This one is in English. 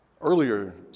Earlier